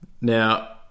Now